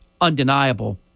undeniable